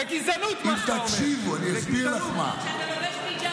זאת גזענות, מה שאתה אומר.